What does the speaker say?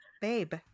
babe